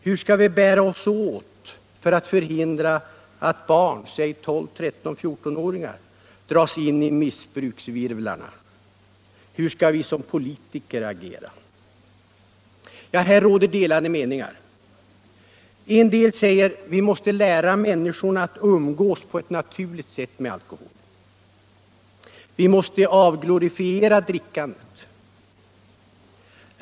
Hur skall vi bära oss åt för att förhindra att barn — säg 12-13-14-åringar dras in i ”missbruksvirvlarna”? Hur skall vi som politiker agera? Här råder delade meningar. En del säger: Vi måste lära människorna att umgås på ett naturligt sätt med alkohol. Vi måste avglorifiera drickandet.